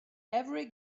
every